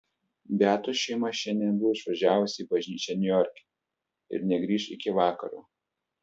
beatos šeima šiandien buvo išvažiavusi į bažnyčią niujorke ir negrįš iki vakaro